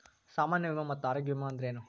ಸಾಮಾನ್ಯ ವಿಮಾ ಮತ್ತ ಆರೋಗ್ಯ ವಿಮಾ ಅಂದ್ರೇನು?